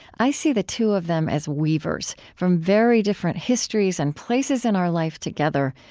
i see the two of them as weavers from very different histories and places in our life together,